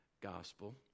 gospel